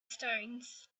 stones